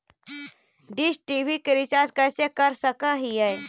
Dish TV के recharge कैसे कर सक हिय?